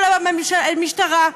של המשטרה?